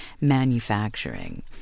manufacturing